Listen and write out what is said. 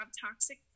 toxic